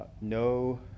no